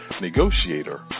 Negotiator